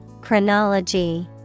Chronology